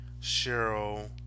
Cheryl